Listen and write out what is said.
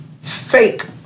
fake